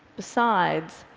besides,